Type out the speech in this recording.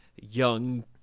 young